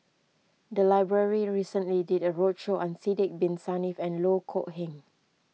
the library recently did a roadshow on Sidek Bin Saniff and Loh Kok Heng